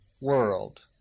world